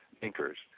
thinkers